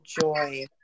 joy